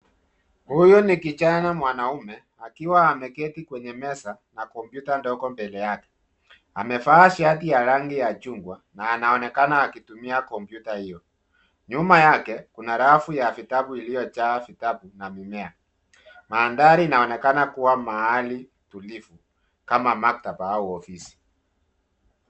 Huyu ni kijana mwanaume, akiwa ameketi kwenye meza na kompyuta ndogo mbele yake, amevaa shati ya rangi ya chungwa na anaonekana akitumia kompyuta io. Nyuma yake kuna rafu ya vitabu iliojaa vitabu na mimea. Mandhari inaonekana kuwa mahali tulivu kama maktaba au ofisi.